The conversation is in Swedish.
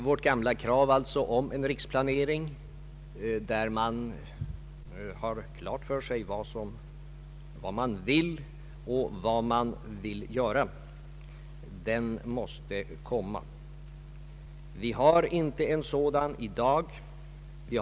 Vårt gamla krav på en riksplanering, där man har klart för sig vad man vill göra, måste tillgodoses. Vi har i dag inte en sådan planering.